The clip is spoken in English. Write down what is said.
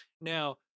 Now